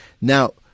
now